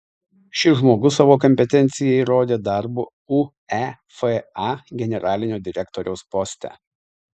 šis žmogus savo kompetenciją įrodė darbu uefa generalinio direktoriaus poste